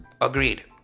Agreed